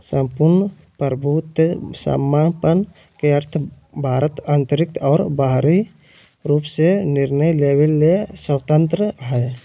सम्पूर्ण प्रभुत्वसम्पन् के अर्थ भारत आन्तरिक और बाहरी रूप से निर्णय लेवे ले स्वतन्त्रत हइ